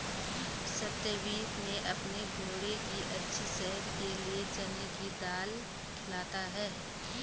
सत्यवीर ने अपने घोड़े की अच्छी सेहत के लिए चने की दाल खिलाता है